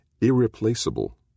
irreplaceable